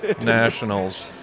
nationals